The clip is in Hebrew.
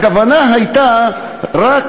הכוונה הייתה רק